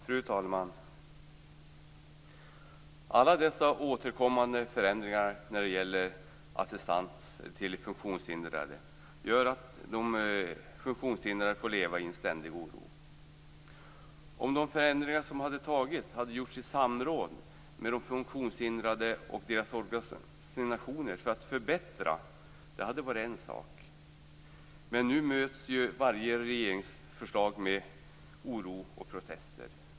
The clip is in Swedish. Fru talman! Alla de återkommande förändringarna av assistansen till funktionshindrade gör att de funktionshindrade får leva i en ständig oro. Om de förändringar som beslutats hade gjorts för att förbättra, i samråd med de funktionshindrade och deras organisationer, hade det varit en sak, men nu möts varje regeringsförslag med oro och protester.